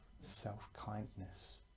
self-kindness